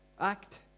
act